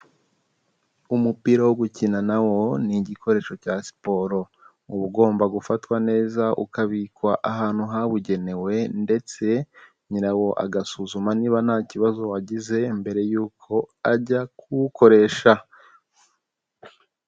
Umupira wo gukina na wo ni igikoresho cya siporo, uba ugomba gufatwa neza ukabikwa ahantu habugenewe ndetse nyirawo agasuzuma niba nta kibazo wagize mbere yuko ajya kuwukoresha.